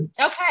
Okay